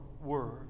word